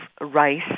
rice